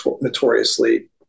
notoriously